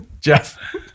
Jeff